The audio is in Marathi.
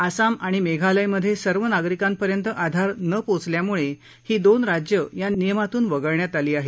आसाम आणि मेघालयमधे सर्व नागरिकांपर्यंत आधार न पोचल्यामुळे ही दोन राज्यं या नियमातून वगळण्यात आली आहेत